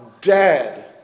dead